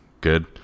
good